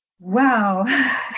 Wow